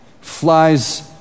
flies